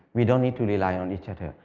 we don't need to rely on each other.